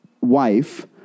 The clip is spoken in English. wife